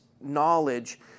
knowledge